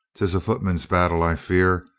tis a footman's battle, i fear.